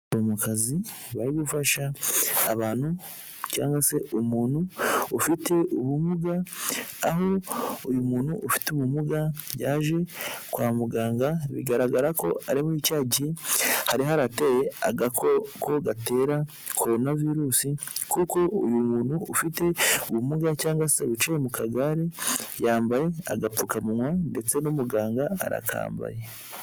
Abaforomokazi bari gufasha abantu cyangwa se umuntu ufite ubumuga, aho uyu muntu ufite ubumuga yaje kwa muganga, bigaragara ko ari muri cya gihe hari harateye agakoko gatera korona virusi kuko uyu umuntu ufite ubumuga cyangwa se wicaye mu kagare yambaye agapfukanwa ndetse n'umuganga arakambaye.